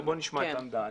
בואו נשמע את העמדה.